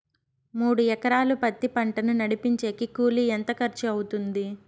మూడు ఎకరాలు పత్తి పంటను విడిపించేకి కూలి ఎంత ఖర్చు అవుతుంది?